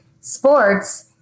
sports